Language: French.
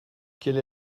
quelle